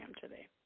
today